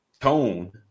tone